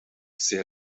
zeer